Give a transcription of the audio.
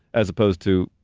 as opposed to,